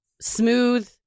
smooth